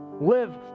Live